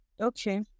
Okay